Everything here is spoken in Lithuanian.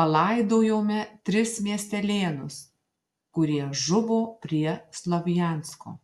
palaidojome tris miestelėnus kurie žuvo prie slovjansko